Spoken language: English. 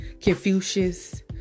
Confucius